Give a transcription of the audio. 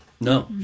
No